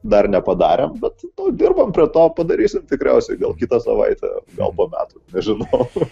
dar nepadarėm bet nu dirbam prie to padarysim tikriausiai gal kitą savaitę gal po metų nežinau